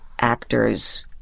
actors